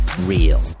Real